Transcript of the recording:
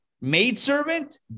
maidservant